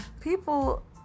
People